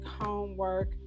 homework